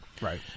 Right